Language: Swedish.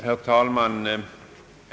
Herr talman!